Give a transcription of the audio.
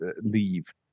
leave